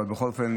אבל בכל אופן,